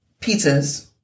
pizzas